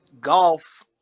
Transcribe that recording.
golf